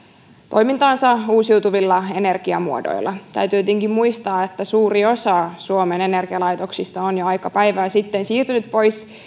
toimintaansa uusiutuvilla energiamuodoilla täytyy tietenkin muistaa että suuri osa suomen energialaitoksista on jo aika päivää sitten siirtynyt pois